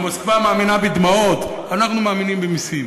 מוסקבה מאמינה בדמעות, אנחנו מאמינים במסים.